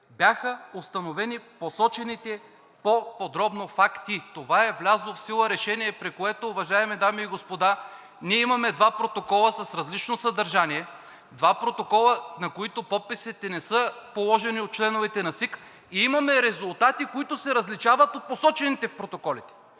бяха установени посочените по-подробно факти.“ Това е влязло в сила решение, при което, уважаеми дами и господа, ние имаме два протокола с различно съдържание, два протокола, на които подписите не са положени от членовете на СИК, и имаме резултати, които се различават от посочените в протоколите.